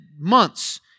months